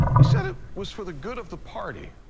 he said it was for the good of the party.